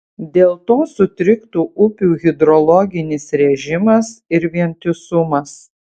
dėl to sutriktų upių hidrologinis režimas ir vientisumas